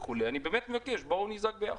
אני באמת מבקש, בואו נזעק ביחד.